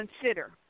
consider